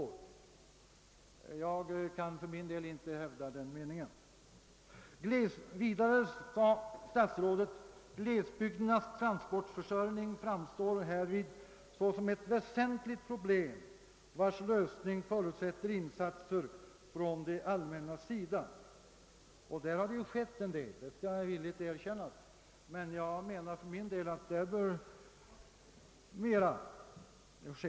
För min del kan jag inte hävda detta. Vidare framhöll statsrådet följande: »Glesbygdernas transportförsörjning framstår härvid såsom ett väsentligt problem, vars lösning förutsätter insatser från det allmännas sida.» Där har det ju skett en del, det skall villigt erkännas, men jag anser att ännu mera bör göras.